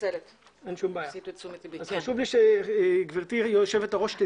חשוב לי שגברתי היושבת-ראש תדע את זה.